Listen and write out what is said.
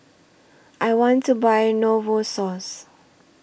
I want to Buy Novosource